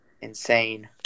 insane